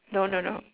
no no no